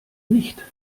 nicht